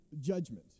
judgment